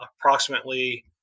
approximately